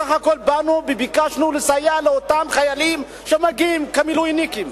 בסך הכול באנו וביקשנו לסייע לאותם חיילים שמגיעים כמילואימניקים.